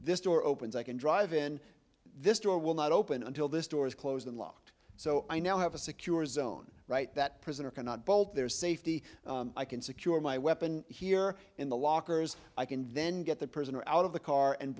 this door opens i can drive in this door will not open until this door's closed unlocked so i now have a secure zone right that prisoner cannot bolt there is safety i can secure my weapon here in the lockers i can then get the prisoner out of the car and